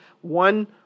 One